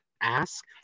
ask